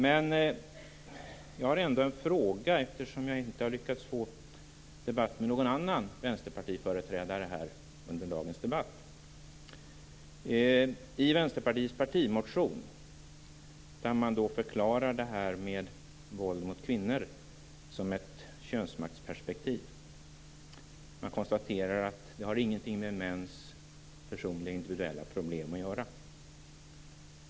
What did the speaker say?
Men jag har ändå en fråga, eftersom jag inte har lyckats få debatt med någon annan vänsterpartiföreträdare här under dagen. I Vänsterpartiets partimotion förklarar man det här med våld mot kvinnor ur ett könsmaktsperspektiv. Man konstaterar att det här inte har något med mäns personliga och individuella problem att göra.